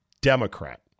Democrat